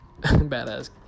Badass